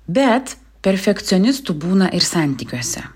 bet perfekcionistų būna ir santykiuose